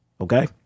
Okay